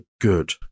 good